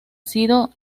sido